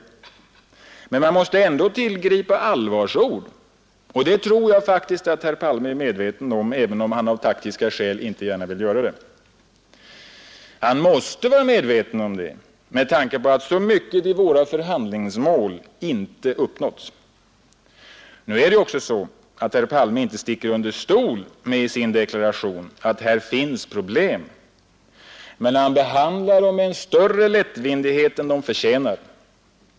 Men man måste ändå tillgripa allvarsord, och det tror jag faktiskt att herr Palme, även om han av taktiska skäl inte vill göra det, är medveten om. Han måste vara det med tanke på att så mycket i våra förhandlingsmål inte har uppnåtts. 37 Herr Palme sticker inte under stol med i sin deklaration att här finns problem, men han behandlar dem med en större lättvindighet än de förtjänar.